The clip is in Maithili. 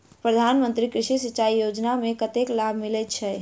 प्रधान मंत्री कृषि सिंचाई योजना मे कतेक लाभ मिलय छै?